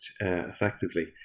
effectively